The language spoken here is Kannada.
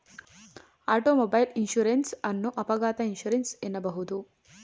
ಆಟೋಮೊಬೈಲ್ ಇನ್ಸೂರೆನ್ಸ್ ಅನ್ನು ಅಪಘಾತ ಇನ್ಸೂರೆನ್ಸ್ ಎನ್ನಬಹುದು